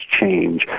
change